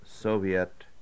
Soviet